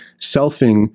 selfing